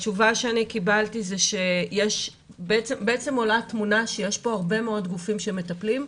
מהתשובה שאני קיבלתי בעצם עולה תמונה שיש פה הרבה מאוד גופים שמטפלים,